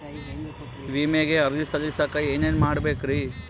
ವಿಮೆಗೆ ಅರ್ಜಿ ಸಲ್ಲಿಸಕ ಏನೇನ್ ಮಾಡ್ಬೇಕ್ರಿ?